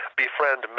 befriend